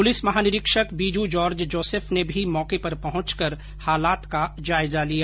police महानिरीक्षक बीजू जार्ज जोसफ ने भी मौके पर पहुंच कर हालात का जायजा लिया